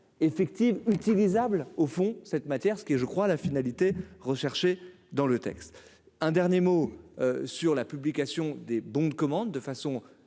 effective utilisable au fond cette matière ce qui est je crois la finalité recherchée dans le texte, un dernier mot sur la publication des bons de commande de façon